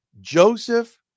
Joseph